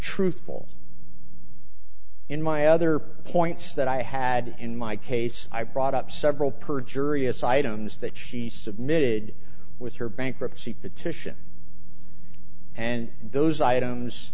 truthful in my other points that i had in my case i brought up several perjurious items that she submitted with her bankruptcy petition and those items